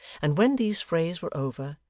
and when these frays were over,